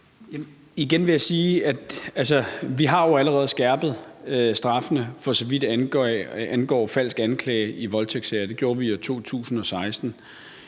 vi jo allerede har skærpet straffene, for så vidt angår falsk anklage i voldtægtssager. Det gjorde vi i 2016.